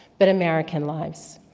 but american lives.